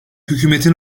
hükümetin